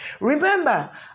Remember